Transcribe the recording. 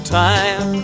time